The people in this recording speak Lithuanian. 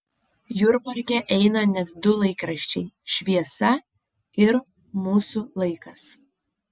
jurbarke eina net du laikraščiai šviesa ir mūsų laikas